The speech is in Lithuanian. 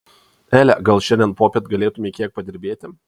ele gal šiandien popiet galėtumei kiek padirbėti